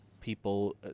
people